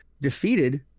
defeated